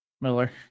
miller